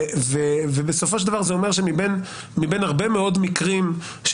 בסופו של דבר זה אומר שמבין הרבה מאוד מקרים של